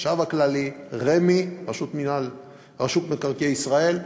החשב הכללי, רמ"י, רשות מקרקעי ישראל,